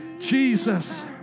Jesus